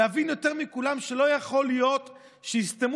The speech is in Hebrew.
להבין יותר מכולם שלא יכול להיות שיסתמו